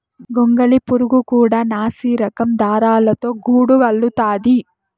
గొంగళి పురుగు కూడా నాసిరకం దారాలతో గూడు అల్లుతాది